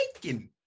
taken